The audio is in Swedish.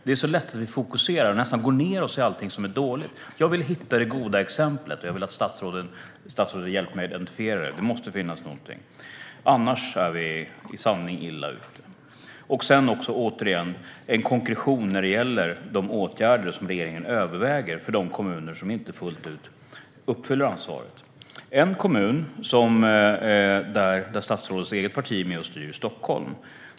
Det är lätt att vi fokuserar på och nästan går ned oss i allting som är dåligt. Jag vill hitta det goda exemplet, och jag vill att statsrådet hjälper mig att identifiera det. Det måste finnas någonting. Annars är vi i sanning illa ute. Sedan önskar jag återigen en konkretion när det gäller de åtgärder som regeringen överväger för de kommuner som inte fullt ut uppfyller ansvaret. En kommun där statsrådets eget parti är med och styr är Stockholm.